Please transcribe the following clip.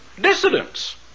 dissidents